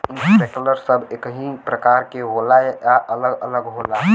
Sprinkler सब एकही प्रकार के होला या अलग अलग होला?